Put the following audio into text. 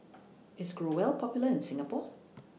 IS Growell Popular in Singapore